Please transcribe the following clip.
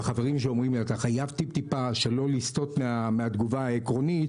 שהחברים שלי אומרים לי שלא לסטות מהתגובה העקרונית,